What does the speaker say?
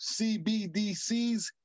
CBDCs